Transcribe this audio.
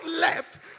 left